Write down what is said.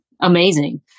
amazing